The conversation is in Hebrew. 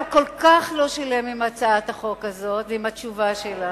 אתה כל כך לא שלם עם הצעת החוק הזו ועם התשובה שלה.